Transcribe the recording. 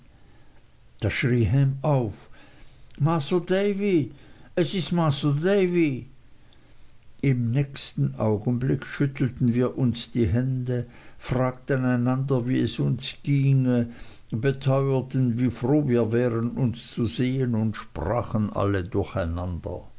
da schrie ham auf masr davy es is masr davy im nächsten augenblick schüttelten wir uns die hände fragten einander wie es uns ginge beteuerten wie froh wir wären uns zu sehen und sprachen alle durcheinander